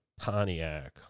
Pontiac